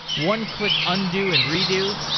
one click undo and redo,